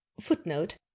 Footnote